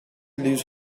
lose